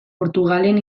portugalen